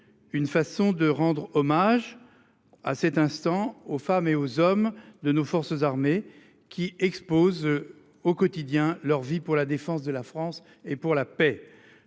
Une façon de rendre hommage à cet instant, aux femmes et aux hommes de nos forces armées qui expose. Au quotidien leur vie pour la défense de la France et pour la paix.